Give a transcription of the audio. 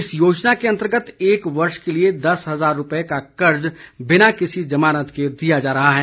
इस योजना के अंतर्गत एक वर्ष के लिए दस हजार रूपये का कर्ज बिना किसी जमानत के दिया जा रहा है